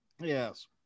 Yes